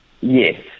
Yes